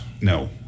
No